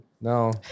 No